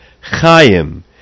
Chaim